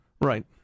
Right